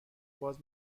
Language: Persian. باز